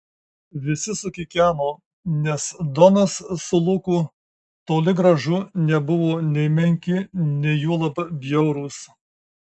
visi sukikeno nes donas su luku toli gražu nebuvo nei menki nei juolab bjaurūs